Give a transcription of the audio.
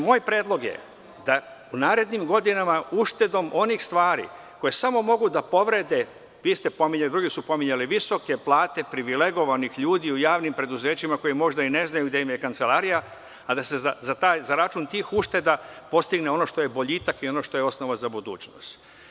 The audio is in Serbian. Moj predlog je da u narednim godinama uštedom onih stvari koje samo mogu da povrede, vi ste pominjali i drugi su pominjali, visoke plate privilegovanih ljudi u javnim preduzećima, koji možda i ne znaju gde im je kancelarija, a da se za račun tih ušteda postigne ono što je boljitak i ono što je osnova za budućnost.